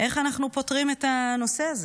איך אנחנו פותרים את הנושא הזה.